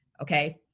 Okay